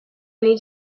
need